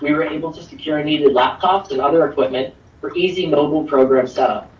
were able to secure needed laptops and other equipment for easy mobile program set up.